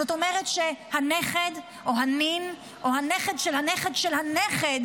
זאת אומרת שהנכד או הנין או הנכד של הנכד של הנכד